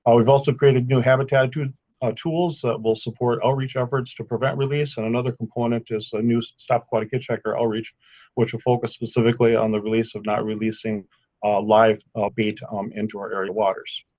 we've also created new habitattitude tools that will support outreach efforts to prevent release and another component is a new stop aquatic hitch hiker outreach which will focus specifically on the release of not releasing live bait um into our area waters.